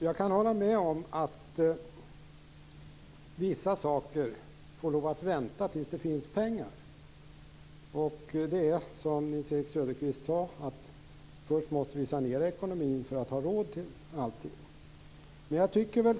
Jag kan hålla med om att vissa saker får lov att vänta tills det finns pengar. Som Nils-Erik Söderqvist sade måste vi först sanera ekonomin för att ha råd med allting.